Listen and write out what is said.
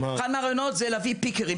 אחד מהרעיונות זה להביא פיקרים.